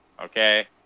okay